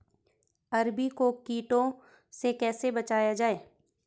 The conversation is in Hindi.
अरबी को कीटों से कैसे बचाया जाए?